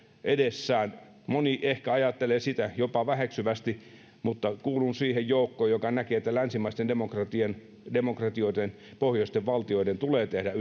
edessään moni ehkä ajattelee sitä jopa väheksyvästi mutta kuulun siihen joukkoon joka näkee että länsimaisten demokratioiden pohjoisten valtioiden tulee tehdä